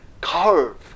Cove